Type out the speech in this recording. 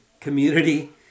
community